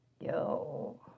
Yo